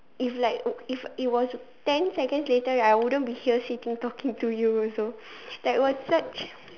if like uh if it was ten seconds later right I wouldn't be here sitting talking to you also that was such